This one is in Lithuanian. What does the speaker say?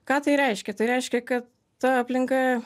ką tai reiškia tai reiškia kad ta aplinka